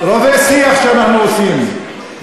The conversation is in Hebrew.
את רבי-השיח שאנחנו עושים,